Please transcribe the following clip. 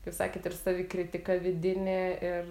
kaip sakėt ir savikritika vidinė ir